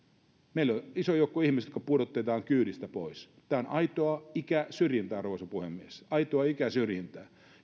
meillä on iso joukko ihmisiä jotka pudotetaan kyydistä pois tämä on aitoa ikäsyrjintää arvoisa puhemies aitoa ikäsyrjintää